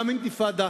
גם לאינתיפאדה,